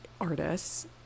artists